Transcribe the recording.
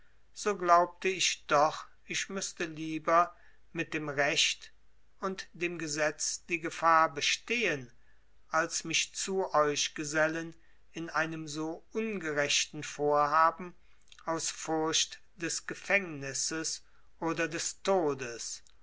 so glaubte ich doch ich müßte lieber mit dem recht und dem gesetz die gefahr bestehen als mich zu euch gesellen in einem so ungerechten vorhaben aus furcht des gefängnisses oder des todes